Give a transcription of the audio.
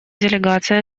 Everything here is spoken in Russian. делегация